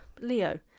Leo